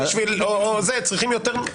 בשביל זה צריכים יותר.